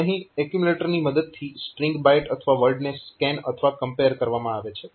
અહીં એક્યુમ્યુલેટરની મદદથી સ્ટ્રીંગ બાઈટ અથવા વર્ડને સ્કેન અથવા કમ્પેર કરવામાં આવે છે